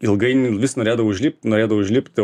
ilgainiui vis norėdavau užlipt norėdavau užlipt